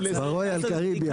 אני חושב שמספר 4 מיליון תיירים,